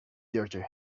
dirty